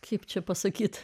kaip čia pasakyti